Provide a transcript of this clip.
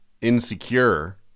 insecure